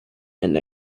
and